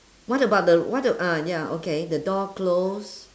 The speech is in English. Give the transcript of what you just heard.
what about the what a~ ah ya okay the door close